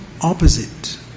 opposite